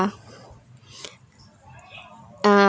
ah